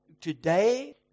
today